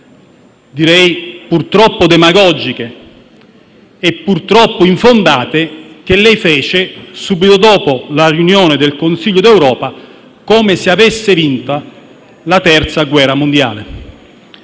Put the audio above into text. direi, purtroppo demagogiche e infondate, che lei fece subito dopo la riunione del Consiglio europeo, come se avesse vinto la Terza guerra mondiale.